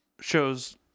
shows